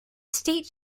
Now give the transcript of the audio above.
state